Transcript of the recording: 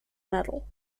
metal